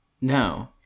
No